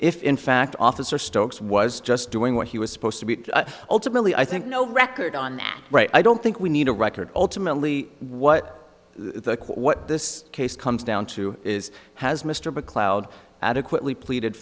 if in fact officer stokes was just doing what he was supposed to be ultimately i think no record on that right i don't think we need a record ultimately what the what this case comes down to is has mr becloud adequately pleaded